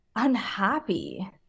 Unhappy